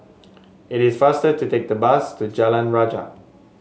it is faster to take the bus to Jalan Rajah